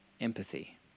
empathy